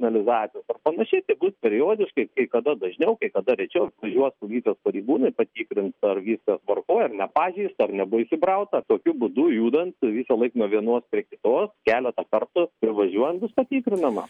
signalizacijos ar panašiai tai bus periodiškai kai kada dažniau kai kada rečiau nuvažiuos policijos pareigūnai patikrins ar viskas tvarkoj tvarkoj ar nepažeista ar nebuvo įsibrauta tokiu būdu judant visąlaik nuo vienos prie kitos keletą kartų privažiuojant bus patikrinama